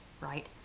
right